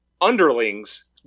underlings